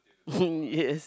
yes